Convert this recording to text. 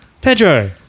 Pedro